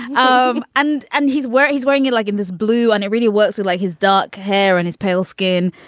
um and and he's wearing he's wearing you like in this blue and it really works with like his dark hair and his pale skin.